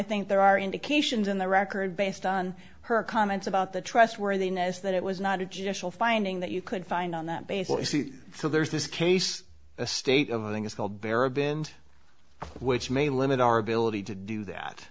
think there are indications in the record based on her comments about the trustworthiness that it was not a judicial finding that you could find on that basis so there's this case a state of things called beribboned which may limit our ability to do